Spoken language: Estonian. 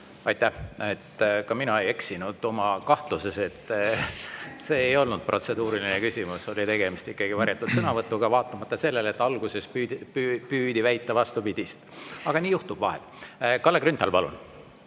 Aitäh! Ka mina ei eksinud oma kahtluses, et see ei olnud protseduuriline küsimus. Tegemist oli ikkagi varjatud sõnavõtuga, vaatamata sellele, et alguses püüti väita vastupidist. Aga nii juhtub vahel. Kalle Grünthal, palun!